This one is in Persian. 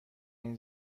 این